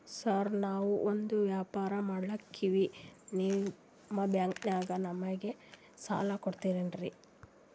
Sir ನಾವು ಒಂದು ವ್ಯವಹಾರ ಮಾಡಕ್ತಿವಿ ನಿಮ್ಮ ಬ್ಯಾಂಕನಾಗ ನಮಿಗೆ ಸಾಲ ಕೊಡ್ತಿರೇನ್ರಿ?